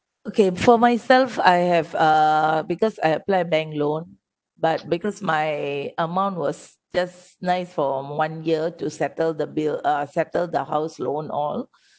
okay for myself I have uh because I apply bank loan but because my amount was just nice for one year to settle the bill uh settle the house loan all